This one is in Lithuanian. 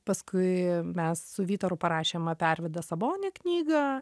paskui mes su vytaru parašėm apie arvydą sabonį knygą